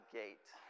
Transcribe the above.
gate